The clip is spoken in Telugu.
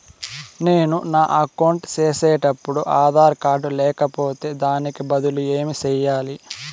నేను నా అకౌంట్ సేసేటప్పుడు ఆధార్ కార్డు లేకపోతే దానికి బదులు ఏమి సెయ్యాలి?